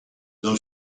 dans